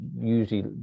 usually